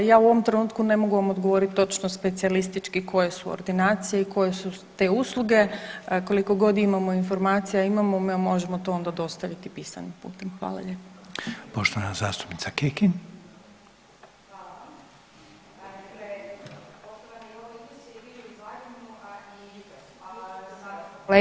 Ja u ovom trenutku ne mogu vam odgovoriti točno specijalistički koje su ordinacije i koje su te usluge, kolikogod imamo informacija imamo možemo to onda dostaviti pisanim putem.